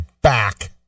back